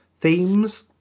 themes